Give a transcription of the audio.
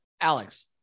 Alex